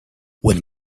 when